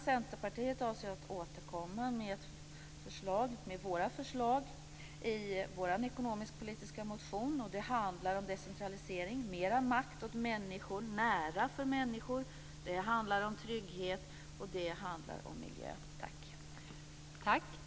Centerpartiet avser att återkomma med våra förslag i vår ekonomisk-politiska motion. Den handlar om decentralisering, mera makt åt människor och att det skall vara nära för människor, den handlar om trygghet, och den handlar om miljö.